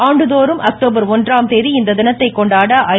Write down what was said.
ஆண்டுதோறும் அக்டோபர் ஒன்றாம் தேதி இந்த தினத்தை கொண்டாட ஐ